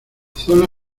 zona